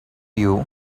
you